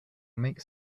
make